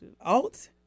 alt